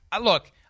Look